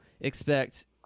expect